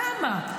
למה?